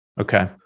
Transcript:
Okay